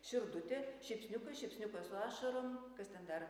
širdutė šypsniukas šypsniukas su ašarom kas ten dar